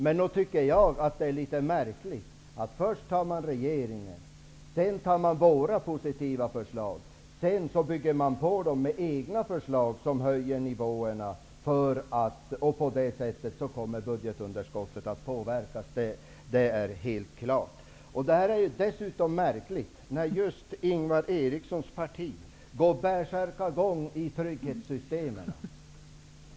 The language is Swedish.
Men nog tycker jag att det är litet märkligt att man först tar regeringens förslag, sedan våra positiva förslag, och sedan bygger man på dem med egna förslag som höjer nivåerna. På det sätter kommer budgetunderskottet att påverkas. Det är helt klart. Det är dessutom märkligt eftersom just Ingvar Erikssons parti går bärsärkargång i trygghetssystemen.